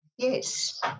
Yes